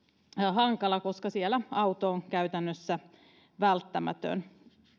hankala koska siellä auto on käytännössä välttämätön